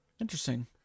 Interesting